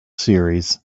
series